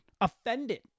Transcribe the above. offended